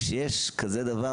כשיש כזה דבר,